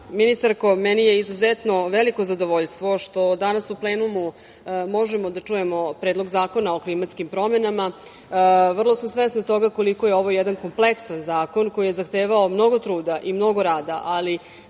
ministarko, meni je izuzetno veliko zadovoljstvo što danas u plenumu možemo da čujemo Predlog zakona o klimatskim promenama. Vrlo sam svesna toga koliko je ovo jedan kompleksan zakon koji je zahtevao mnogo truda i mnogo rada ali